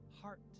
heart